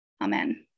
Amen